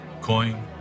coin